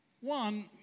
One